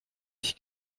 ich